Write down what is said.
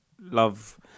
love